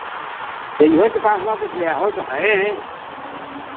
जइहो तो का हुआँ कुछ लेहो तो हैए हऍं